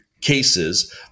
cases